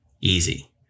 easy